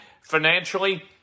financially